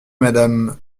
madame